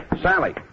Sally